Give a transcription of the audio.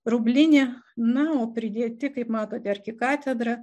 rublinė na o pridėti kaip matote arkikatedra